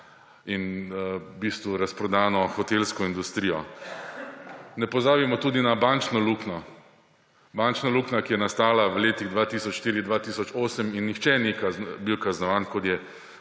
in v bistvu razprodano hotelsko industrijo. Ne pozabimo tudi na bančno luknjo. Bančna luknja, ki je nastala v letih 2004–2008 in nihče ni bil kaznovan, kot je